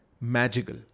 magical